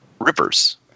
Ripper's